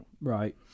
right